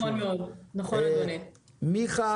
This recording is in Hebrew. מיכה